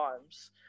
times